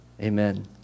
Amen